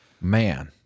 Man